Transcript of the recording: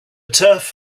turf